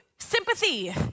Sympathy